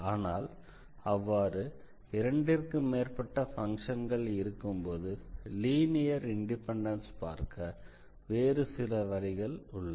ஆனால் அவ்வாறு இரண்டிற்கு மேற்பட்ட பங்க்ஷன்கள் இருக்கும்போது லீனியர் இண்டிபெண்டன்ஸை பார்க்க வேறு சில வழிகள் உள்ளன